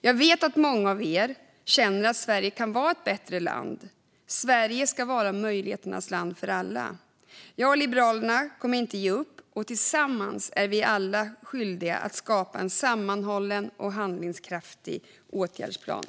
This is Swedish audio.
Jag vet att många känner att Sverige kan vara ett bättre land. Sverige ska vara möjligheternas land för alla. Jag och Liberalerna kommer inte att ge upp. Tillsammans är vi alla skyldiga att skapa en sammanhållen och handlingskraftig åtgärdsplan.